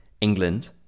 England